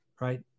right